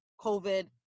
COVID